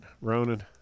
Ronan